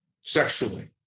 sexually